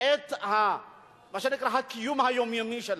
את מה שנקרא הקיום היומיומי שלהם.